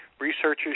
researchers